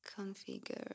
Configure